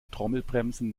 trommelbremsen